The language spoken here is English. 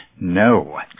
No